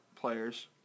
players